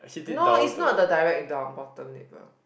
no its not the direct down bottom neighbor